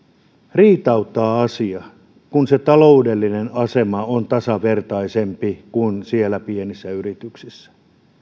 riitauttaa asia kun se taloudellinen asema on tasavertaisempi kuin siellä pienissä yrityksissä